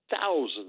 thousands